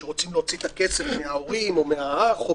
שרוצים להוציא את הכסף מההורים או מהאח?